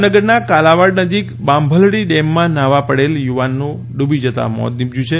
જામનગરના કાલાવડ નજીક બાલંભડી ડેમમાં ન્હાવા પડેલા યુવાનનું ડુબી જતાં મોત નિપજ્યું છે